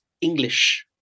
English